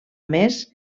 més